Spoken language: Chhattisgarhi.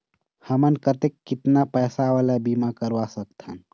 हमन कतेक कितना पैसा वाला बीमा करवा सकथन?